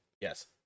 Yes